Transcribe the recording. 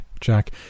Jack